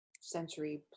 century